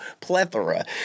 plethora